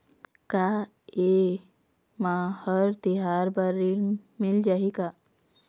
का ये मा हर तिहार बर ऋण मिल जाही का?